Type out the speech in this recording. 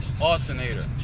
alternator